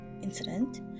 incident